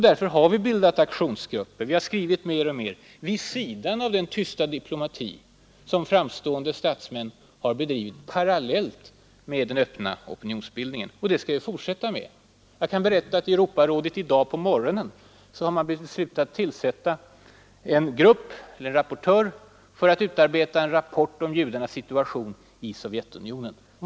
Därför har vi bildat aktionsgrupper och skrivit mer och mer — vid sidan av den tysta diplomati som framstående statsmän har bedrivit parallellt med den öppna opinionsbildningen. Och detta skall vi fortsätta med. Jag kan berätta att i dag på morgonen har man inom Europarådet beslutat utse en rapportör för att utarbeta en rapport om judarnas situation i Sovjetunionen.